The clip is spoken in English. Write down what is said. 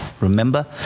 remember